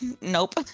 Nope